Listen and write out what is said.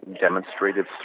demonstrated